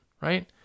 right